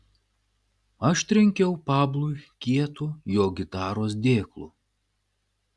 aš trenkiau pablui kietu jo gitaros dėklu